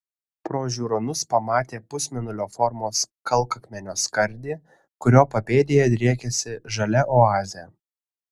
pro žiūronus pamatė pusmėnulio formos kalkakmenio skardį kurio papėdėje driekėsi žalia oazė